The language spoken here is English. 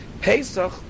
Pesach